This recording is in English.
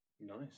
Nice